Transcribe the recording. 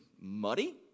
muddy